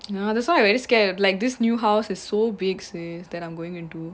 ya that's why I very scared of like this new house is so big sis that I'm going into